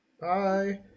Bye